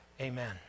Amen